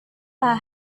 pak